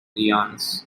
lyons